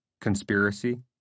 conspiracy